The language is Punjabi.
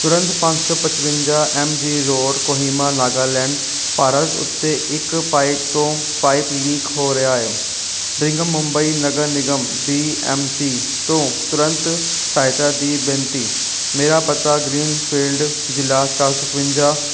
ਤੁਰੰਤ ਪੰਜ ਸੌ ਪਚਵੰਜਾ M G road Kohima Nagaland Bharat ਉੱਤੇ ਇੱਕ ਪਾਈਪ ਤੋਂ ਪਾਈਪ ਲੀਕ ਹੋ ਰਿਹਾ ਹੈ Brihanmumbai Nagar Nigam B M C ਤੋਂ ਤੁਰੰਤ ਸਹਾਇਤਾ ਦੀ ਬੇਨਤੀ ਮੇਰਾ ਪਤਾ ਗ੍ਰੀਨਫੀਲਡ ਜੀਲਾ ਚਾਰ ਛਪੰਜਾ